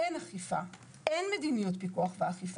אין אכיפה, אין מדיניות פיקוח ואכיפה.